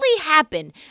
happen